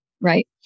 Right